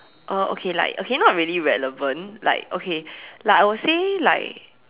uh okay like not very relevant like okay like I would say like